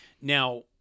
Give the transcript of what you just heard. Now